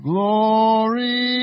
Glory